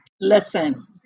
Listen